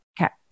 Okay